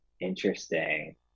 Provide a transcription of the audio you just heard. Interesting